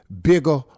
bigger